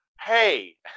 hey